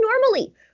normally